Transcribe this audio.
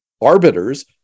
arbiters